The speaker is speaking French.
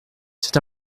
c’est